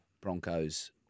Broncos